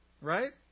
right